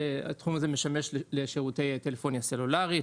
התחום הזה משמש לשירותי טלפוניה סלולרית,